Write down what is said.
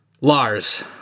Lars